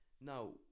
Now